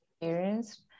experienced